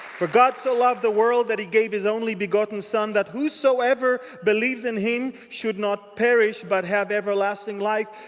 for god so loved the world that he gave his only begotten son. that whosoever believes in him should not perish. but have everlasting life.